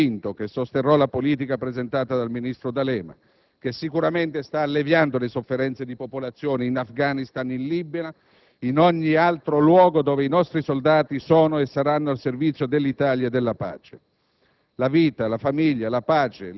Ed è perché sono un pacifista convinto che sosterrò la politica presentata dal ministro D'Alema, che sicuramente sta alleviando la sofferenza di popolazioni in Afghanistan, in Libano e in ogni altro luogo dove i nostri soldati sono e saranno al servizio dell'Italia e della pace.